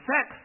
Sex